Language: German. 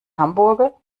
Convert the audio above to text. hamburger